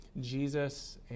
Jesus